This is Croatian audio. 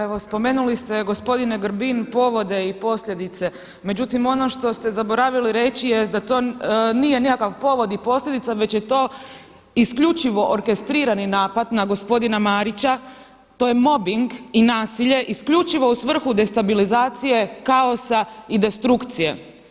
Evo spomenuli ste gospodine Grin povode i posljedice, međutim ono što ste zaboravili reći jest da to nije nekakav povod i posljedica već je to isključivo orkestrirani napad na gospodina Marića, to je mobing i nasilje isključivo u svrhu destabilizacije, kaosa i destrukcije.